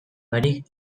barik